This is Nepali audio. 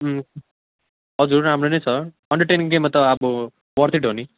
अँ हजुर राम्रो नै छ हन्ड्रेड टेन केमा त अब वर्थ इट हो नि